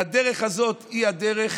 והדרך הזאת היא הדרך